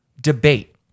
debate